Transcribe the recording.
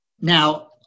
Now